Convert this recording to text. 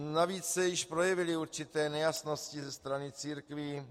Navíc se už projevily určité nejasnosti ze strany církví.